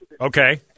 Okay